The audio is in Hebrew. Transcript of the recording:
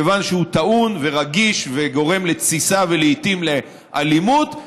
כיוון שהוא טעון ורגיש וגורם לתסיסה ולעיתים לאלימות,